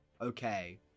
okay